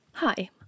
Hi